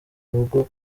rugo